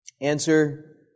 Answer